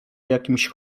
jakimś